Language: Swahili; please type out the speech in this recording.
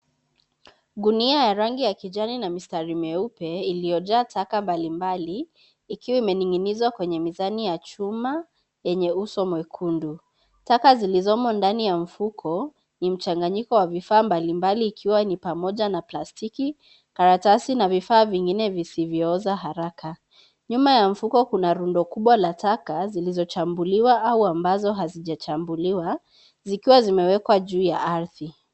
Gunia ya rangi ya kijani na mistari meupe iliyojaa taka mbali mbali, ikiwa imening'inizwa kwenye mizani ya chuma enye uso mwekundu. Taka zilizomo ndani ya mfuko ni mchanganyiko wa vifaa mbali mbali ikiwa ni pamoja na plastiki, karatasi na vifaa vingine visivyooza haraka. Nyuma ya mfuko kuna rundo kubwa la taka zilizochambuliwa au ambazo hazichambuliwa zikiwa zimewekwa juu ya ardhi.